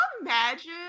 imagine